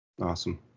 awesome